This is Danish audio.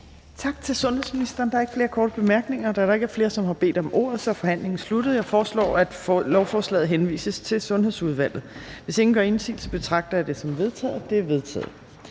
Tak til sundhedsministeren. Der er ikke nogen korte bemærkninger. Da der ikke er flere, der har bedt om ordet, er forhandlingen afsluttet. Jeg foreslår, at lovforslaget henvises til Sundhedsudvalget. Og hvis ingen gør indsigelse, betragter jeg dette som vedtaget. Det er vedtaget.